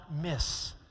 miss